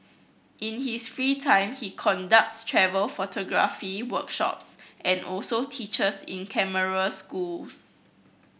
in his free time he conducts travel photography workshops and also teachers in camera schools